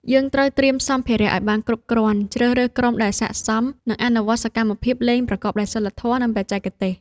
យើងត្រូវត្រៀមសម្ភារៈឱ្យបានគ្រប់គ្រាន់ ជ្រើសរើសក្រុមដែលស័ក្តិសម និងអនុវត្តសកម្មភាពលេងប្រកបដោយសីលធម៌ និងបច្ចេកទេស។